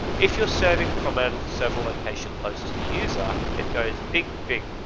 if you're serving from and several location close to the user, it goes big, big.